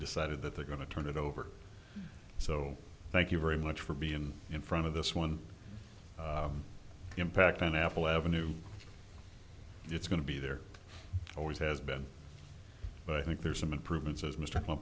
decided that they're going to turn it over so thank you very much for being in front of this one impact on apple avenue it's going to be there always has been but i think there's some improvements as m